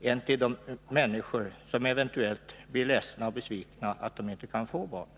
än till de människor som eventuellt blir ledsna och besvikna över att de inte kan få barn.